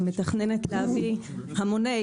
מתכננת להביא המוני,